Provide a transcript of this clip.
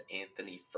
Anthony